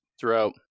throughout